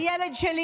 הילד שלי,